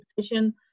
vision